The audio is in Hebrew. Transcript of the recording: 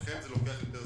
ולכן זה לוקח יותר זמן.